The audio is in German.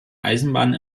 eisenbahnen